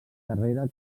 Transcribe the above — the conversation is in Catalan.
carrera